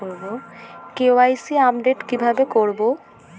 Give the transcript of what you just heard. KYC update কি ভাবে করবো?